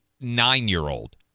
nine-year-old